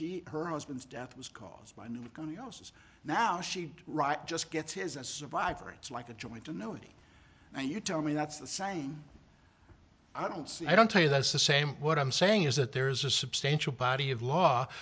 she her husband's death was caused by nuking your house is now she'd right just gets his a survivor it's like a joint to nobody and you tell me that's the sign i don't see i don't tell you that's the same what i'm saying is that there's a substantial body of law